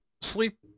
Sleep